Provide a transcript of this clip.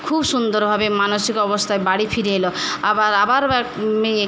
খুব সুন্দরভাবে মানসিক অবস্থায় বাড়ি ফিরে এল আবার আবার মেয়ে